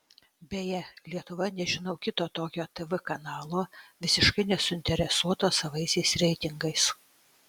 beje lietuvoje nežinau kito tokio tv kanalo visiškai nesuinteresuoto savaisiais reitingais